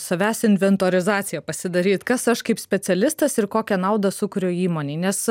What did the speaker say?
savęs inventorizaciją pasidaryt kas aš kaip specialistas ir kokią naudą sukuriu įmonei nes